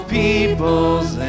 peoples